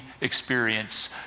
experience